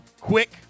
quick